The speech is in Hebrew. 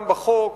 גם בהצעת החוק,